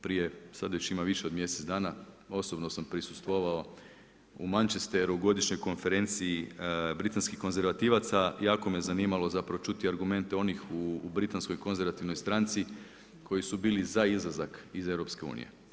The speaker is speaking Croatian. Prije, sada već ima više od mjesec dana osobno sam prisustvovao u Manchesteru godišnjoj konferenciji britanskih konzervativaca, jako me zanimalo zapravo čuti argumente onih u britanskoj konzervativnoj stranci koji su bili za izlazak iz EU.